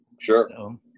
sure